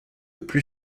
plus